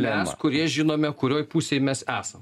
mes kurie žinome kurioj pusėj mes esam